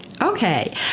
Okay